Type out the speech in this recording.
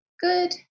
Good